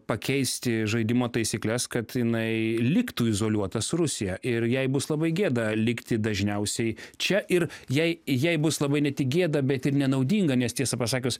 pakeisti žaidimo taisykles kad jinai liktų izoliuota su rusija ir jai bus labai gėda likti dažniausiai čia ir jei jai bus labai ne tik gėda bet ir nenaudinga nes tiesą pasakius